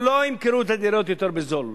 הם לא ימכרו את הדירות יותר בזול,